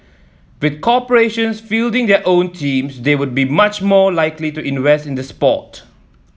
with corporations fielding their own teams they would be much more likely to invest in the sport